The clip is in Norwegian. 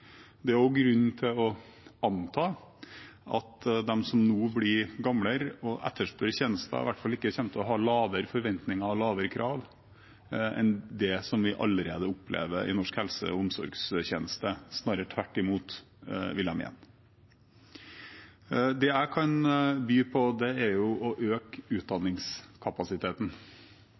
Det er også grunn til å anta at de som nå blir eldre og etterspør tjenester, i hvert fall ikke kommer til å ha lavere forventninger og lavere krav enn det vi allerede opplever i norsk helse- og omsorgstjeneste – snarere tvert imot, vil jeg mene. Det jeg kan by på, er å øke utdanningskapasiteten,